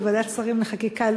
ובוועדת שרים לחקיקה,